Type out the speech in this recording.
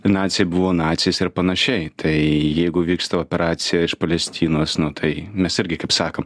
naciai buvo naciais ir panašiai tai jeigu vyksta operacija iš palestinos nu tai mes irgi kaip sakom